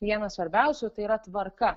vienas svarbiausių tai yra tvarka